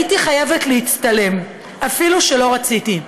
הייתי חייבת להצטלם אפילו שלא רציתי.